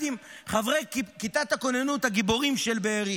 עם חברי כיתת הכוננות הגיבורים של בארי